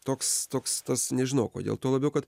toks toks tas nežinau kodėl tuo labiau kad